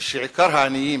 כשעיקר העניים